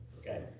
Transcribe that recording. Okay